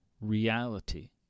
reality